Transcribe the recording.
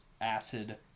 acid